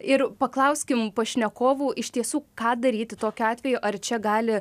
ir paklauskim pašnekovų iš tiesų ką daryti tokiu atveju ar čia gali